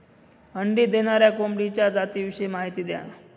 अंडी देणाऱ्या कोंबडीच्या जातिविषयी माहिती द्या